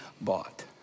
bought